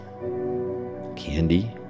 candy